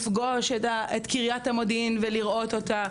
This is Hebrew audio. לפגוש את קריית המודיעין ולראות אותה,